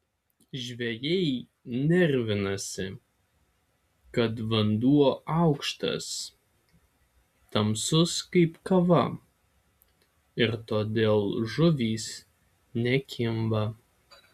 žvejai nervinasi kad vanduo aukštas tamsus kaip kava ir todėl žuvys nekimba